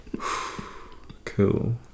cool